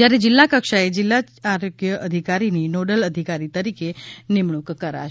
જ્યારે જિલ્લા કક્ષાએ જિલ્લા આરોગ્ય અધિકારીની નોડલ અધિકારી તરીકે નિમણૂંક કરાશે